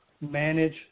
manage